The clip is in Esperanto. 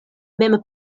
mem